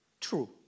True